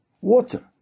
water